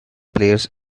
players